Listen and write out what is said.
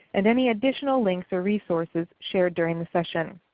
and any additional links or resources shared during the session.